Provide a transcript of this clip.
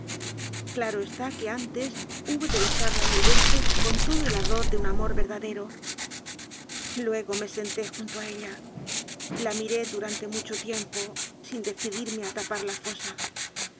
olaro está que antes hube de be sarla mil veces con todo el ardor de un amor ver dadero luego me senté junto a ella la miré du rante mucho tiempo sin decidirme a tapar la fosa